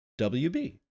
WB